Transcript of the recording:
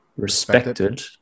Respected